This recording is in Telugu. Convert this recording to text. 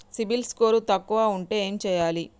సిబిల్ స్కోరు తక్కువ ఉంటే ఏం చేయాలి?